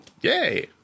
yay